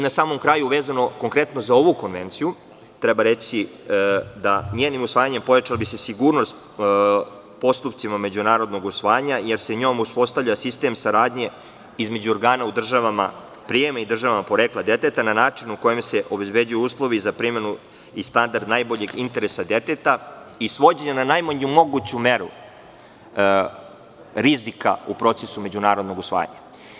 Na samom kraju vezano konkretno za ovu konvenciju, treba reći da njenim usvajanjem pojačala bi se sigurnost u postupcima međunarodnog usvajanja, jer se njom uspostavlja sistem saradnje između organa u državama prijema i državama porekla deteta na način u kojem se obezbeđuju uslovi za primenu i standard najboljeg interesa deteta i svođenja na najmanju moguću meru rizika u procesu međunarodnog usvajanja.